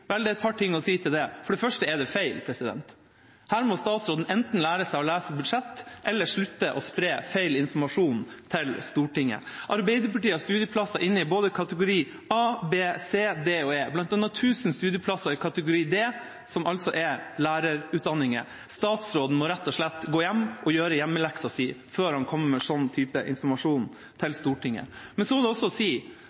Vel, det er et par ting å si til det. For det første er det feil. Her må statsråden enten lære seg å lese budsjett eller slutte å spre feil informasjon til Stortinget. Arbeiderpartiet har studieplasser inne både i kategori A, B, C, D og E, bl.a. 1 000 studieplasser i kategori D, som altså er lærerutdanninger. Statsråden må rett og slett gå hjem og gjøre hjemmeleksa si før han kommer med den typen informasjon til Stortinget. Så må jeg også si